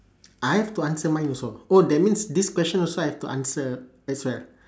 I have to answer mine also oh that means this question also I have to answer as well